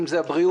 אם זה הבריאות,